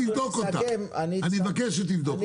אני מבקש שתבדוק אותה.